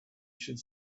should